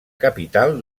capital